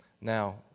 Now